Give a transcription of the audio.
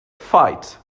fight